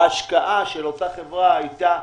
ההשקעה של אותה חברה הייתה